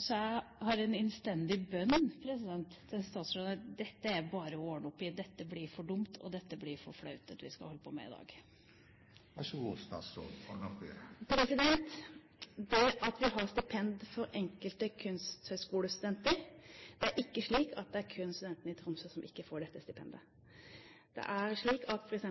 Så jeg har en innstendig bønn til statsråden: Dette er det bare å ordne opp i. Dette blir for dumt, og det blir for flaut å holde på med dette i dag. Vi har stipend for enkelte kunsthøyskolestudenter, men det er ikke slik at det kun er studentene i Tromsø som ikke får dette stipendet. Går du f.eks.